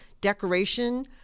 decoration